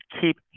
keep